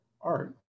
art